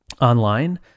online